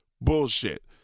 Bullshit